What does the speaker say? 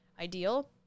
ideal